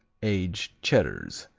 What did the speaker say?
aged cheddars,